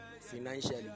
Financially